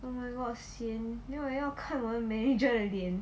oh my god sian then 我要看我 manager 的脸